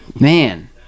Man